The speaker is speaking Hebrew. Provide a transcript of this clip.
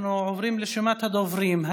אנחנו עוברים לרשימת הדוברים.